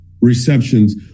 receptions